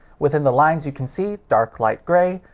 within the lines, you can see dark, light, grey.